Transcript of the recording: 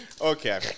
Okay